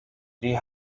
die